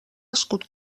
escut